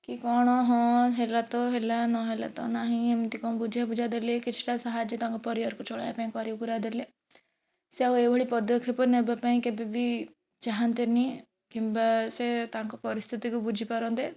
କି କ'ଣ ହଁ ହେଲା ତ ହେଲା ନ ହେଲା ତ ନାହିଁ ଏମିତି କ'ଣ ବୁଝା ବୁଝା ଦେଲେ କିଛିଟା ସାହାଯ୍ୟ ତାଙ୍କ ପରିବାରକୁ ଚଳାଇବା ପାଇଁ କରାଇ କୁରା ଦେଲେ ସେ ଆଉ ଏଭଳି ପଦକ୍ଷେପ ନେବା ପାଇଁ କେବେ ବି ଚାହାନ୍ତିନି କିମ୍ବା ସେ ତାଙ୍କ ପରିସ୍ଥିତିକୁ ବୁଝିପାରନ୍ତେ